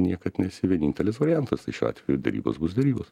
niekad nesi vienintelis variantas tai šiuo atveju derybos bus derybos